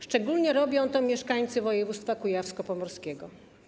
Szczególnie robią to mieszkańcy województwa kujawsko-pomorskiego.